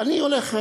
אני הולך,